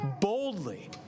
boldly